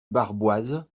barboise